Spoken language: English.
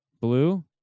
Blue